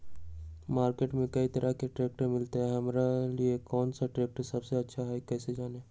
Market में कई तरह के ट्रैक्टर मिलते हैं हमारे लिए कौन सा ट्रैक्टर सबसे अच्छा है कैसे जाने?